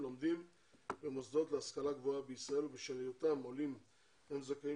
לומדים במוסדות להשכלה גבוהה בישראל ובשל היותם עולים הם זכאים